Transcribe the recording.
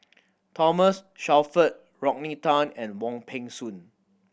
Thomas Shelford Rodney Tan and Wong Peng Soon